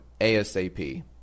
ASAP